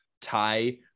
tie